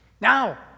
Now